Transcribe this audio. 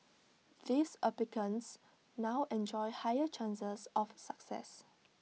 these applicants now enjoy higher chances of success